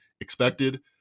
expected